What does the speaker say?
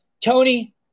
Tony